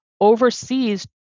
overseas